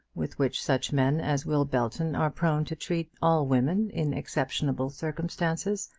with which such men as will belton are prone to treat all women in exceptionable circumstances,